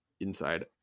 inside